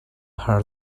har